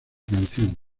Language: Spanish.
canción